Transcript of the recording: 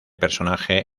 personaje